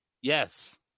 Yes